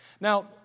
Now